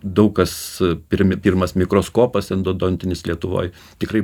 daug kas pirmi pirmas mikroskopas endodontinis lietuvoj tikrai